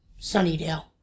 Sunnydale